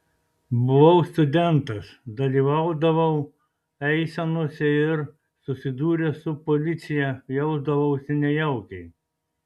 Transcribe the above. buvau studentas dalyvaudavau eisenose ir susidūręs su policija jausdavausi nejaukiai